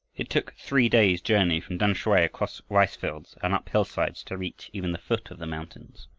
it took three days journey from tamsui across rice-fields and up hillsides to reach even the foot of the mountains.